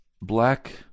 black